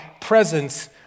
presence